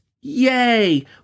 Yay